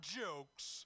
jokes